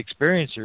experiencers